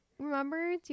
remember